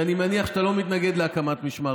שאני מניח שאתה לא מתנגד להקמתו.